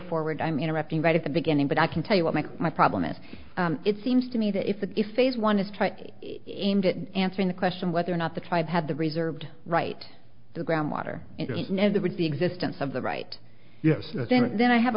forward i'm interrupting right at the beginning but i can tell you what my my problem is it seems to me that if the if phase one is try answering the question whether or not the tribe had the reserved right the groundwater is never the existence of the right yes then i have